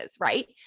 right